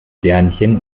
sternchen